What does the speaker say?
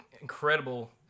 incredible